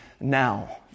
now